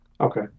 okay